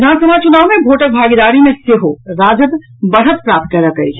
विधानसभा चुनाव मे भोटक भागीदारी मे सेहो राजद बढ़त प्राप्त कयलक अछि